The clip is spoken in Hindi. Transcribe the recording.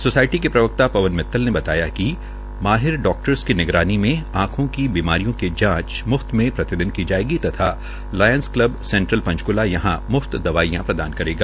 सोसायटी के प्रवकता वन मितल ने बताया कि माहिर डाक्टर्स की निगरानी में आंखें की बीमारियों की जांच मुफ्त में प्रतिदिन की जोयगी तथा लायंस कल्ब संट्रेल ंचकृला यहां मुफ्त दवाईयां प्रदान करेगा